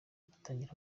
batangira